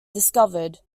discovered